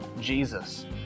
Jesus